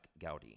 Gaudi